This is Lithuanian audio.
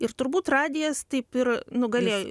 ir turbūt radijas taip ir nugalėjo